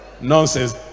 Nonsense